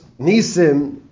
Nisim